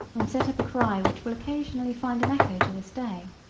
and set up a cry which will occasionally find an echo to this day.